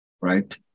right